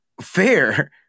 Fair